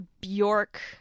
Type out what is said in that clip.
Bjork